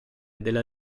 della